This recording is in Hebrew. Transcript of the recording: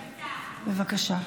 בבקשה.